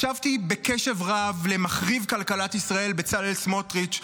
הקשבתי בקשב רב למחריב כלכלת ישראל בצלאל סמוטריץ',